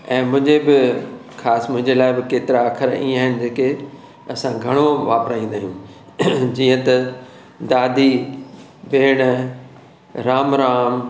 ऐं मुंहिंजे बि ख़ासि मुंहिंजे लाइ बि केतिरा अख़र इएं आहिनि जेके असां घणो वापिराईंदा आहियूं जीअं त दादी भेंण राम राम